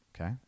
Okay